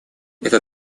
это